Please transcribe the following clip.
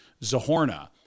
Zahorna